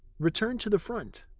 return to the front.